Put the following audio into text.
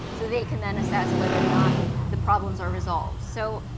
so they can then assess whether or not the problems are resolved. so,